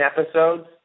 episodes